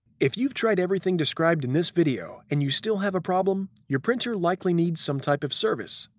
if you've tried everything described in this video and you still have a problem, your printer likely needs some type of service.